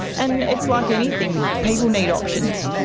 and it's like anything, people need options.